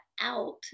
out